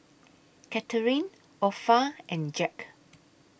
Katharyn Opha and Jack